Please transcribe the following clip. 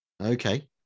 Okay